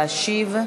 להשיב.